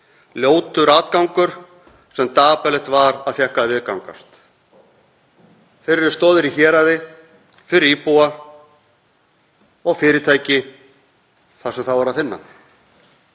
ljótur atgangur sem dapurlegt var að fékk að viðgangast. Þeir eru stoðir í héraði fyrir íbúa og fyrirtæki þar sem þá er að finna.